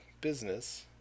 business